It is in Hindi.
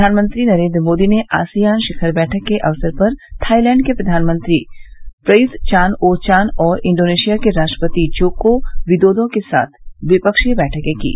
प्रधानमंत्री नरेन्द्र मोदी ने आसियान शिखर बैठक के अवसर पर थाईलैंड के प्रधानमंत्री प्रयृत चान ओ चान और इंडोनेशिया के राष्ट्रपति जोको विदोदो के साथ द्विपक्षीय बैठकें कीं